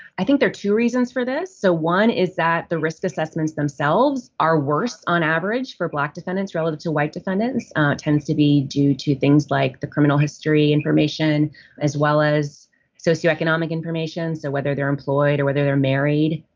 i think there are two reasons for this. so one is that the risk assessments themselves are worse on average for black defendants relative to white defendants tends to be due to things like the criminal history information as well as socioeconomic information. so whether they're employed or whether they're married